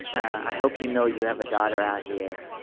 i hope you know you have a daughter out here.